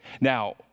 Now